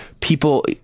people